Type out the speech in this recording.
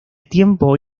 tiempo